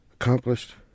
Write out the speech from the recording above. accomplished